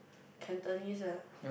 Cantonese ah